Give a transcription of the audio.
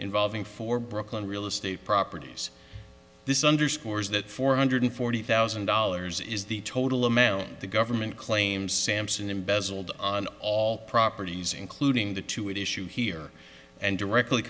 involving four brooklyn real estate properties this underscores that four hundred forty thousand dollars is the total amount the government claims sampson embezzled on all properties including the two at issue here and directly